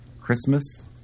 Christmas